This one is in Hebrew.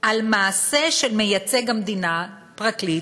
על מעשה של מייצג המדינה" פרקליט,